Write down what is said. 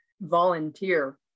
volunteer